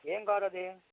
ఏమి కార్ అది